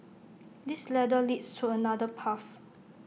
this ladder leads to another path